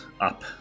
up